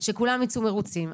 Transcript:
שכולם ייצאו מרוצים.